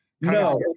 No